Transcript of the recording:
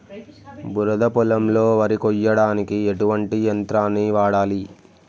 బురద పొలంలో వరి కొయ్యడానికి ఎటువంటి యంత్రాన్ని వాడాలి?